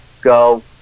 go